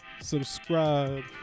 subscribe